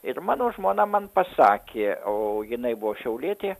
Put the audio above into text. ir mano žmona man pasakė o jinai buvo šiaulietė